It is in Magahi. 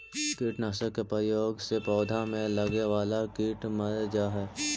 कीटनाशक के प्रयोग से पौधा में लगे वाला कीट मर जा हई